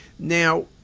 Now